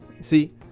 See